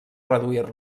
reduir